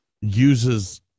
uses